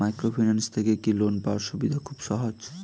Microfinance থেকে কি loan পাওয়ার সুবিধা খুব সহজ?